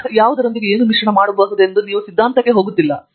ಯಾವದರೊಂದಿಗೆ ಏನು ಮಿಶ್ರಣ ಮಾಡಬಹುದೆಂದು ನೀವು ಸಿದ್ಧಾಂತಕ್ಕೆ ಹೋಗುತ್ತಿಲ್ಲ ಪ್ರೊಫೆಸರ್